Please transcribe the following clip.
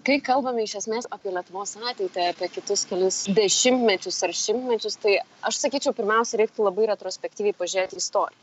kai kalbame iš esmės apie lietuvos ateitį apie kitus kelis dešimtmečius ar šimtmečius tai aš sakyčiau pirmiausia reiktų labai retrospektyviai pažiūrėti į istoriją